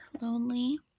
lonely